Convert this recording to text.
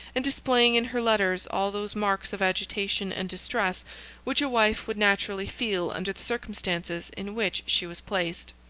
and displaying in her letters all those marks of agitation and distress which a wife would naturally feel under the circumstances in which she was placed.